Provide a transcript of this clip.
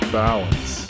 balance